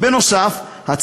נוסף על כך,